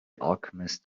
alchemist